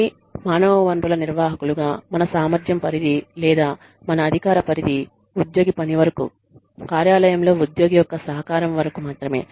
కానీ మానవ వనరుల నిర్వాహకులుగా మన సామర్థ్యం పరిధి లేదా మన అధికార పరిధి ఉద్యోగి పని వరకు కార్యాలయంలో ఉద్యోగి యొక్క సహకారం వరకు మాత్రమే